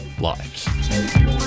lives